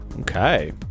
Okay